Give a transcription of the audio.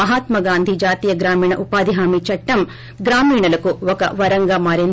మహాత్మాగాంధీ జాతీయ గ్రామీణ ఉపాధి హామీ చట్టం గ్రామీణులకు ఒక వరంగా మారింది